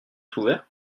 ouverts